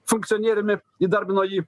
funkcionieriumi įdarbino jį